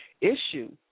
issue